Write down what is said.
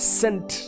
sent